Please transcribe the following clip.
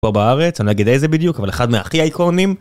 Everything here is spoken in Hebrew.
פה בארץ, אני לא יגיד איזה בדיוק, אבל אחד מהכי אייקונים.